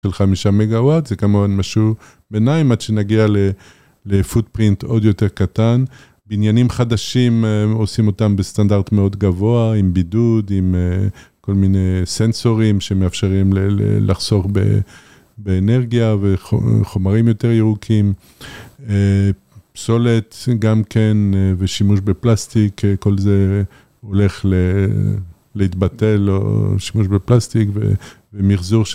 של חמישה מגהוואט, זה כמובן משהו ביניים, עד שנגיע לפוטפרינט עוד יותר קטן. בניינים חדשים, עושים אותם בסטנדרט מאוד גבוה, עם בידוד, עם כל מיני סנסורים שמאפשרים לחסוך באנרגיה, וחומרים יותר ירוקים. פסולת, גם כן, ושימוש בפלסטיק, כל זה הולך להתבטל, או... שימוש בפלסטיק, ומחזור...